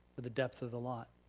but the depth of the lot.